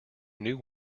new